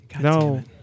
no